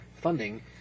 funding